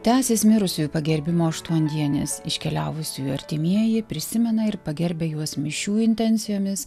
tęsias mirusiųjų pagerbimo aštuondienis iškeliavusiųjų artimieji prisimena ir pagerbia juos mišių intencijomis